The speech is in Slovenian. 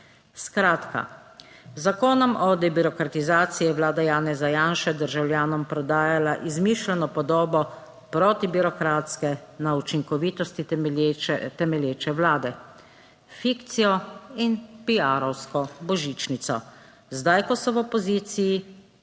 Skratka, z Zakonom o debirokratizaciji je vlada Janeza Janše državljanom prodajala izmišljeno podobo protibirokratske, na učinkovitosti temelječe vlade, fikcijo in piarovsko božičnico. Zdaj, ko so v opoziciji,